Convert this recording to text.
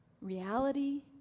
Reality